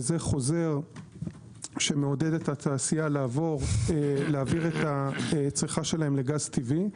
וזה חוזר שמעודד את התעשייה להעביר את הצריכה שלהם לגז טבעי.